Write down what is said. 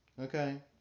Okay